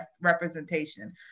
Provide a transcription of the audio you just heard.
representation